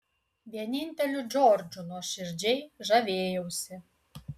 vieninteliu džordžu nuoširdžiai žavėjausi